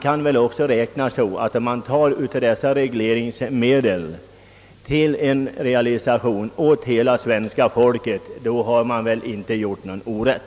Tar man av dessa regleringsmedel för att möjliggöra en realisation åt hela svenska folket då har man inte gjort något orätt.